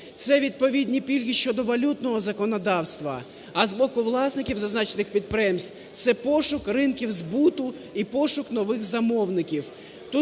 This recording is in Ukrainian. це відповідні пільги щодо валютного законодавства, а з боку власників зазначених підприємств це пошук ринків збуту і пошук нових замовників.